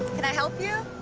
can i help you?